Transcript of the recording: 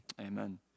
amen